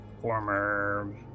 former